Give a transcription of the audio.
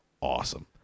Awesome